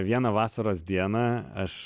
vieną vasaros dieną aš